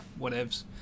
Whatevs